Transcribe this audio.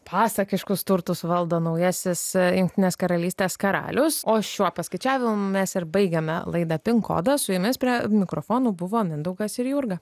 pasakiškus turtus valdo naujasis jungtinės karalystės karalius o šiuo paskaičiavimu mes ir baigiame laidą pin kodas su jumis prie mikrofonų buvo mindaugas ir jurga